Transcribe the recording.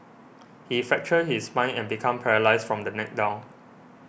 he fractured his spine and became paralysed from the neck down